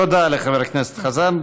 תודה לחבר הכנסת חזן.